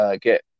get